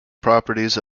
properties